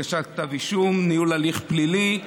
הגשת כתב אישום, ניהול הליך פלילי.